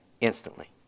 instantly